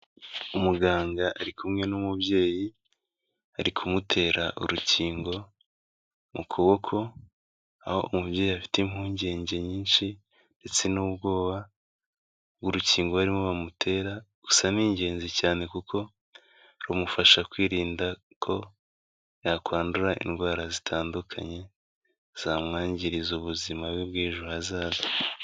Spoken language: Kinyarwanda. Umuganga ari kumwe n'umubyeyi ari kumutera urukingo mu kuboko, aho umubyeyi afite impungenge nyinshi ndetse n'ubwoba bw'urukingo barimo bamutera, gusa ni ingenzi cyane kuko rumufasha kwirinda ko yakwandura indwara zitandukanye zamwangiriza ubuzima bwe bw'ejo hazaza.